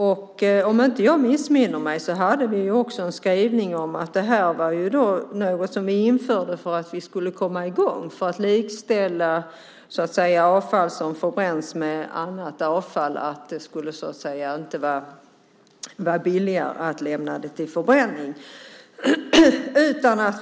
Om jag inte missminner mig hade vi också en skrivning om att det här var något som vi införde för att vi skulle komma i gång, för att likställa avfall som förbränns med annat avfall, så att det så att säga inte skulle vara billigare att lämna det till förbränning.